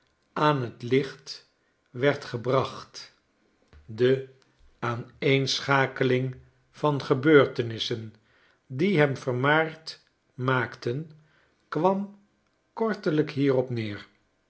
aan t licht werd gebracht de aaneenschakeling van gebeurtenissen die hem vermaard maakten kwam kortelijk hierop neer